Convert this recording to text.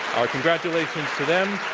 our congratulations to them.